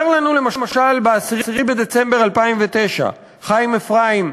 אומר לנו למשל ב-10 בדצמבר 2009 חיים אפרים,